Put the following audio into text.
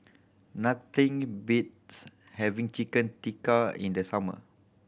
nothing beats having Chicken Tikka in the summer